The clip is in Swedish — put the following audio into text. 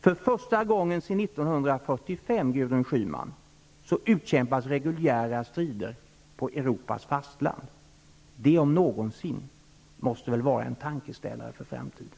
För första gången sedan 1945, Gudrun Schyman, utkämpas reguljära strider på Europas fastland. Det, om något, borde utgöra en tankeställare för framtiden.